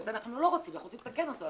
ואת זה אנחנו לא רוצים, אנחנו רוצים לתקן אותו.